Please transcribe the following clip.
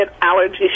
allergy